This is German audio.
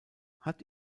hat